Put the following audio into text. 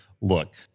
look